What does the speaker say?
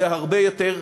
זה הרבה יותר,